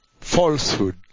Falsehood